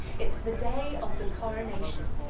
it's the day of the coronation